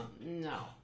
No